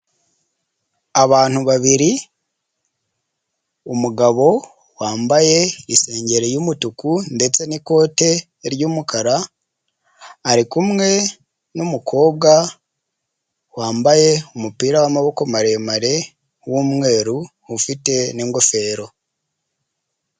Abantu babiri umugabo wambaye isengeri y'umutuku ndetse n'ikote ry'umukara, ari kumwe n'umukobwa wambaye umupira w'amaboko maremare w'umweru ufite n'ingofero.